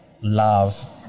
love